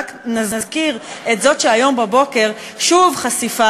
רק נזכיר את זאת של היום בבוקר: שוב חשיפה,